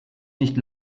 nicht